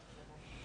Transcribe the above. בוקר טוב.